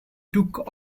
took